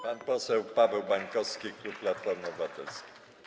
Pan poseł Paweł Bańkowski, klub Platformy Obywatelskiej.